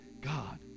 God